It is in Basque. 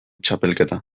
txapelketa